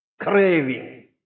craving